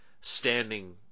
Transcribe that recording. standing